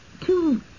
Two